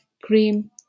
cream